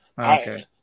Okay